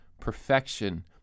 perfection